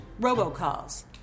robocalls